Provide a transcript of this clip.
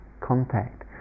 contact